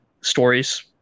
stories